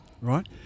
Right